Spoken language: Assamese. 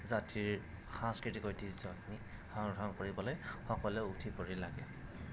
জাতিৰ সাংস্কৃতিক ঐতিহ্য আমি সংৰক্ষণ কৰিবলৈ সকলোৱে উঠি পৰি লাগে